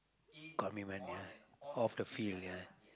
call me when they're off the field ya